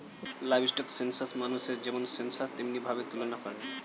livestock census মানুষের যেমন census তেমনি ভাবে তুলনা করে